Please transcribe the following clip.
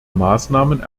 maßnahmen